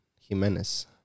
Jimenez